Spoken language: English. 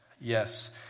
Yes